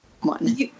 one